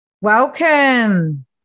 Welcome